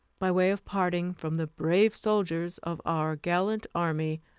by way of parting from the brave soldiers of our gallant army,